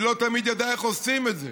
היא לא תמיד ידעה איך עושים את זה.